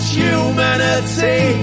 humanity